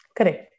Correct